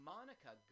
Monica